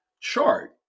chart